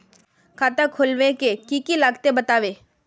खाता खोलवे के की की लगते बतावे?